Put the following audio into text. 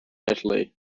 italy